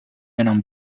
enam